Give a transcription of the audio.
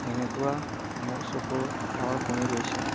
যেনেকুৱা মোৰ চকুৰ পাৱাৰ কমি গৈছে